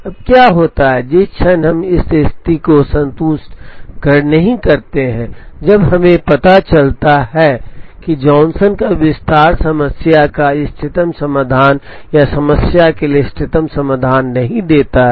अब क्या होता है जिस क्षण हम इस स्थिति को संतुष्ट नहीं करते हैं जब हमें पता चलता है कि जॉनसन का विस्तार समस्या का इष्टतम समाधान या समस्या के लिए इष्टतम समाधान नहीं देता है